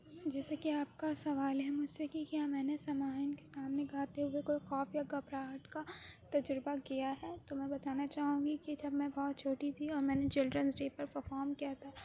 جیسے کہ آپ کا سوال ہے مجھ سے کہ کیا میں نے سمائین کے سامنے گاتے ہوئے کوئی خوف یا گھبراہٹ کا تجربہ کیا ہے تو میں بتانا چاہوں گی کہ جب میں بہت چھوٹی تھی اور میں نے چلڈرنس ڈے پر پرفام کیا تھا